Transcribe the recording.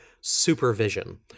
supervision